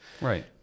right